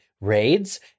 raids